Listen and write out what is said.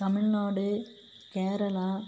Tamil Nadu Kerala